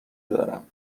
دارم